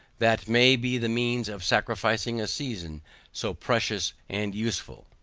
that may be the means of sacrificing a season so precious and useful.